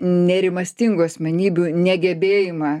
nerimastingų asmenybių negebėjimą